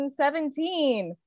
2017